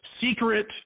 secret